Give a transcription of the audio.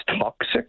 toxic